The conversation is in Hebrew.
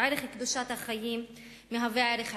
ערך קדושת החיים מהווה ערך עליון.